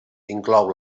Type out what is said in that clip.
inclou